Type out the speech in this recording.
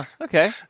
Okay